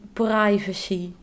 privacy